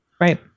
Right